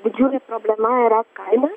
didžiulė problema yra kaina